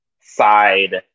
side